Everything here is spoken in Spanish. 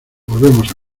volvemos